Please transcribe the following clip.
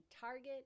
target